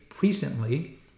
recently